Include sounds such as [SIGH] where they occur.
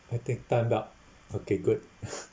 I take tai bak okay good [LAUGHS]